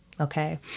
Okay